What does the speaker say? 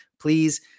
Please